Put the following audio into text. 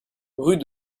rue